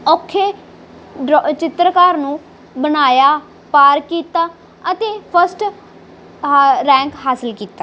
ਔਖੇ ਡਰੋ ਚਿੱਤਰਕਾਰ ਨੂੰ ਬਣਾਇਆ ਪਾਰ ਕੀਤਾ ਅਤੇ ਫਸਟ ਆਹ ਰੈਂਕ ਹਾਸਿਲ ਕੀਤਾ